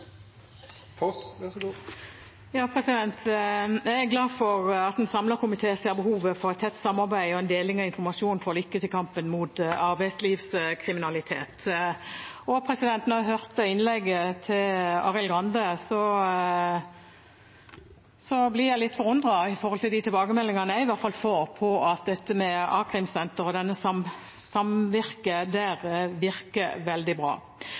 en deling av informasjon for å lykkes i kampen mot arbeidslivskriminalitet. Da jeg hørte innlegget til Arild Grande, ble jeg litt forundret, i hvert fall med tanke på de tilbakemeldingene jeg får om at dette med a-krimsentre og samvirket der virker veldig bra.